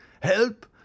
Help